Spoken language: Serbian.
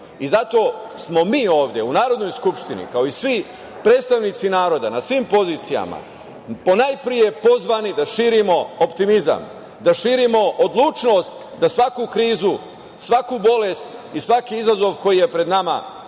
i zato smo mi ovde u Narodnoj skupštini, kao i svi predstavnici naroda na svim pozicijama, ponajpre pozvani da širimo optimizam, da širimo odlučnost da svaku krizu, svaku bolest i svaki izazov koji je pred nama